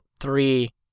three